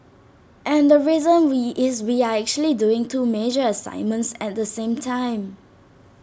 and the reason we is we are actually doing two major assignments at the same time